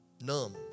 numb